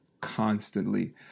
constantly